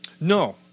No